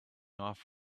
off